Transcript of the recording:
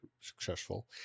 successful